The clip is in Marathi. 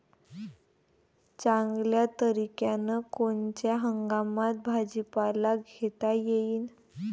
चांगल्या तरीक्यानं कोनच्या हंगामात भाजीपाला घेता येईन?